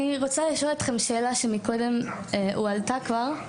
אני רוצה לשאול אתכם שאלה שמקודם הועלתה כבר,